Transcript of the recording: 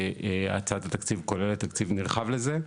שהצעת התקציב כוללת תקציב נרחב לזה,